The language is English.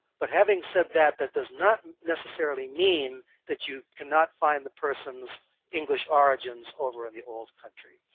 but having said that, that does not necessarily mean that you cannot find the person's english origins over in the old country.